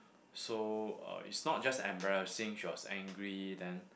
so uh it's not just embarrassing she was angry then